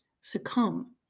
succumb